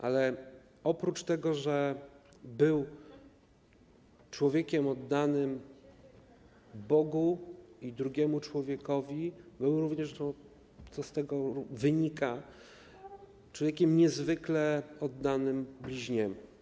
Ale oprócz tego, że był człowiekiem oddanym Bogu i drugiemu człowiekowi, był również, co z tego wynika, człowiekiem niezwykle oddanym bliźniemu.